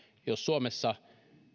jos suomessa